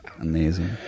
Amazing